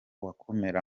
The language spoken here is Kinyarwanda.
wakomera